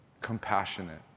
compassionate